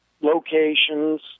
locations